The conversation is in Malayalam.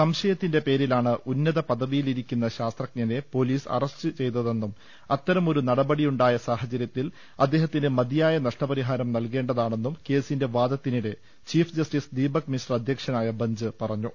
സംശയത്തിന്റെ പേരിലാണ് ഉന്നത പദവിയിലിരിക്കുന്ന ശാസ്ത്രജ്ഞനെ പൊലീസ് അറസ്റ്റ് ചെയ്തതെന്നും അത്തരമൊരു നടപടിയുണ്ടായ സാഹചര്യത്തിൽ അദ്ദേഹത്തിന് മതിയായ നഷ്ടപരിഹാരം നൽകേണ്ടതാണെന്നും കേസിന്റെ വാദത്തിനിടെ ചീഫ് ജസ്റ്റിസ് ദീപക് മിശ്ര അധ്യക്ഷനായ ബെഞ്ച് പറഞ്ഞു